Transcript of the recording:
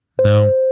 No